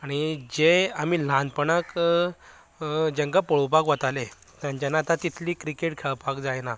आनी जे आमी ल्हानपणांत जेंका पळोवपाक वताले तेंच्यांनी आतां तितली क्रिकेट खेळपाक जायना